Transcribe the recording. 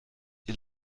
ihr